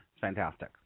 Fantastic